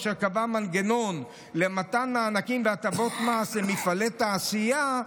אשר קבע מנגנון למתן מענקים והטבות מס למפעלי תעשייה,